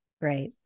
Right